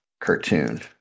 cartoon